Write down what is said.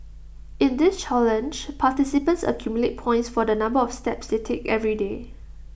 in this challenge participants accumulate points for the number of steps they take every day